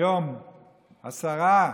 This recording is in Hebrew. השרה,